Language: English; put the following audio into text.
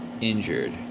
injured